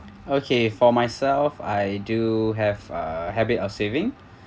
okay for myself I do have a habit of saving